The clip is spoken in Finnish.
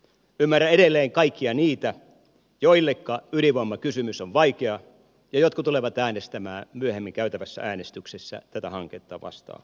ymmärrän edelleen kaikkia niitä joilleka ydinvoimakysymys on vaikea ja jotka tulevat äänestämään myöhemmin käytävässä äänestyksessä tätä hanketta vastaan